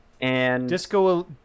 Disco